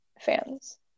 fans